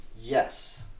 Yes